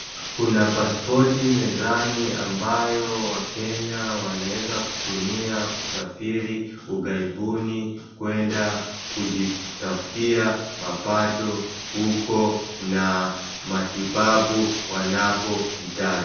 Kuna paspoti mezani ambayo wakenya wanaweza kutumia kusafiri ughaibuni kwenda kujitafutia mapato huko na matibabu wanapohitaji.